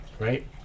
right